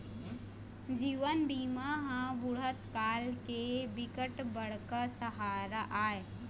जीवन बीमा ह बुढ़त काल के बिकट बड़का सहारा आय